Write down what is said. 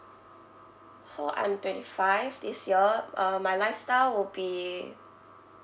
so I'm twenty five this year uh my lifestyle will be